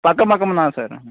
பக்கம் பக்கம் தான் சார்